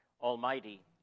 Almighty